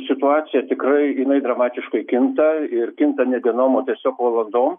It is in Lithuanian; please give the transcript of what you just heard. situacija tikrai jinai dramatiškai kinta ir kinta ne dienom o tiesiog valandom